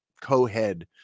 co-head